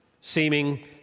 seeming